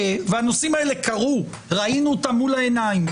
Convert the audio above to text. והנושאים האלה קרו, ראינו אותם מול העיניים.